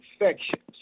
infections